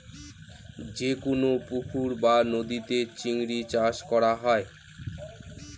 যেকোনো পুকুর বা নদীতে চিংড়ি চাষ করা হয়